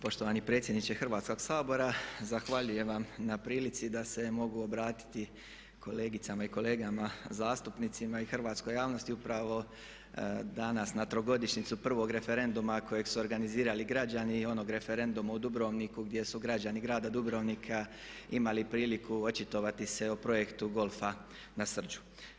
Poštovani predsjedniče Hrvatskoga sabora, zahvaljujem vam na prilici da se mogu obratiti kolegicama i kolegama zastupnicima i hrvatskoj javnosti upravo danas na trogodišnjicu prvog referenduma kojeg su organizirali građani i onog referenduma u Dubrovniku gdje su građani grada Dubrovnika imali priliku očitovati se o projektu golfa na Srđu.